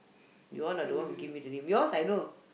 you all are the one who give me the name yours I know